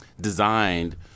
designed